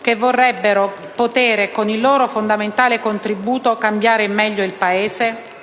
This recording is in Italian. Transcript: che vorrebbero poter, con il loro fondamentale contributo, cambiare in meglio il Paese?